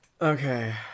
Okay